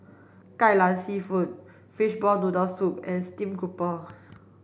Kai Lan seafood fishball noodle soup and stream grouper